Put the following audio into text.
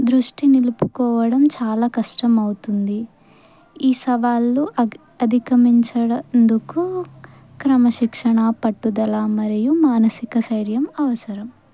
దృష్టి నిలుపుకోవడం చాలా కష్టమవుతుంది ఈ సవాళ్ళు అ అధికమించేందుకు క్రమశిక్షణ పట్టుదల మరియు మానసిక శైర్యం అవసరం